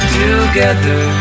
together